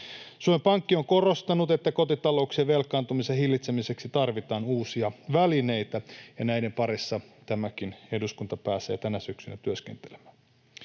Suomen Pankki on korostanut, että kotitalouksien velkaantumisen hillitsemiseksi tarvitaan uusia välineitä, ja näiden parissa tämäkin eduskunta pääsee tänä syksynä työskentelemään.